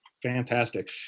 Fantastic